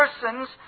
persons